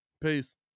Peace